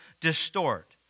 distort